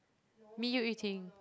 me you Yu-Ting